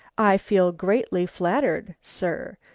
i feel greatly flattered, sir,